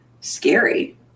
scary